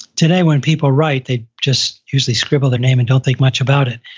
today, when people write, they just usually scribble their name and don't think much about it.